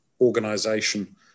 organization